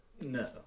no